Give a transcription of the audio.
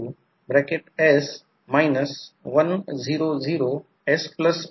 म्हणून जर फेझर आकृती पाहिली तर प्रथम एक किंवा दोन गोष्टी मला सांगू द्या हे काहीच नाही